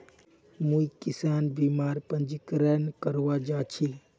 मुई किसान बीमार पंजीकरण करवा जा छि